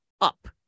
up